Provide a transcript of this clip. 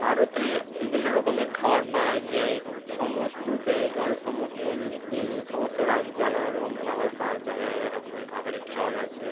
ভারতে বিভিন্ন রকমের খাবার পাওয়া যায় সমস্ত জায়গায় সমস্ত যে যে সমস্ত রাজ্যে আলাদা রকম খাবার পাওয়া আলাদা আলাদা রকমের খাবারের চল আছে